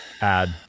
add